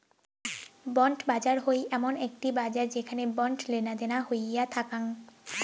bond বাজার হই এমন একটি বাজার যেখানে বন্ড লেনাদেনা হইয়া থাকাং